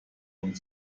und